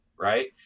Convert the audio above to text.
right